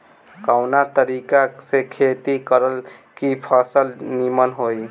कवना तरीका से खेती करल की फसल नीमन होई?